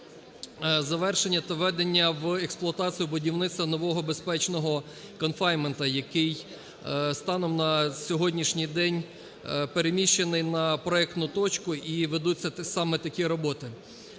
завершення та введення в експлуатацію будівництва нового безпечного конфайнмента, який станом на сьогоднішній день переміщений на проектну точку, і ведуться саме такі роботи.